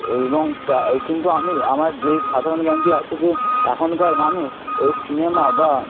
এবং কা কিন্তু আমি আমার যেই সাধারণ জ্ঞানটি আছে যে এখনকার মানুষ ওই সিনেমা বা